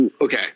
Okay